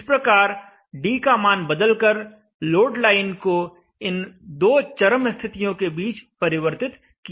इस प्रकार d का मान बदल कर लोड लाइन को इन दो चरम स्थितियों के बीच परिवर्तित किया जा सकता है